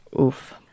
Oof